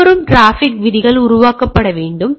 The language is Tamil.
உள்வரும் டிராபிக் விதிகள் உருவாக்கப்பட வேண்டும்